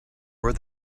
where